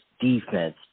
defense